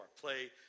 Play